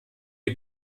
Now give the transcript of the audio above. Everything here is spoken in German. die